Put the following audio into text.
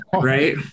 right